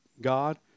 God